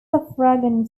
suffragan